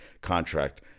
contract